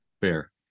fair